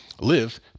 live